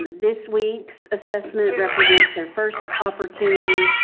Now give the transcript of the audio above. and this week's assessment represents their first opportunity.